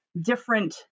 different